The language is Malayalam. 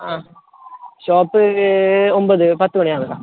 ആ ഷോപ്പ് ഒൻപത് പത്ത് മണി ആവുമ്പോൾ വാ